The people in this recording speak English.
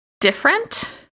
different